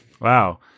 Wow